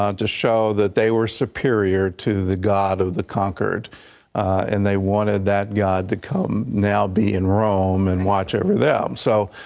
um to show that they were superior to the god of the concord and they wanted that god to come now be in rome and watch over them. so